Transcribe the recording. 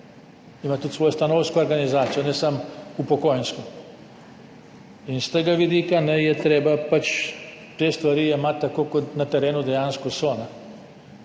imajo tudi svojo stanovsko organizacijo, ne samo upokojensko, in s tega vidika je treba te stvari jemati tako kot na terenu dejansko so.